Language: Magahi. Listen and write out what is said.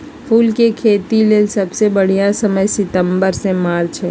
फूल के खेतीले सबसे बढ़िया समय सितंबर से मार्च हई